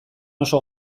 oso